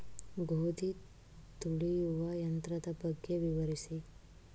ಗೋಧಿ ತುಳಿಯುವ ಯಂತ್ರದ ಬಗ್ಗೆ ವಿವರಿಸಿ?